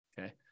Okay